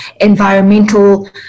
environmental